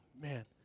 man